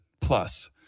plus